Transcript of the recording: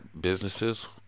businesses